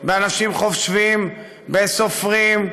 באנשים חושבים, בסופרים,